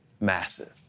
massive